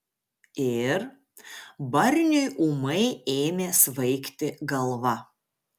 ir barniui ūmai ėmė svaigti galva